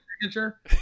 signature